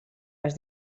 les